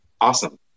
Awesome